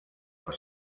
for